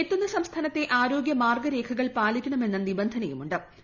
എത്തുന്ന സംസ്ഥാനത്തെ ആരോഗ്യ മാർഗരേഖകൾ പാലിക്കണമെന്ന നിബന്ധനയുമു ്